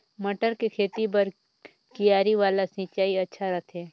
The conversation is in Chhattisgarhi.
मटर के खेती बर क्यारी वाला सिंचाई अच्छा रथे?